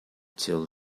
till